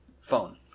phone